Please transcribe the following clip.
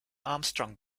armstrong